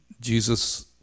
Jesus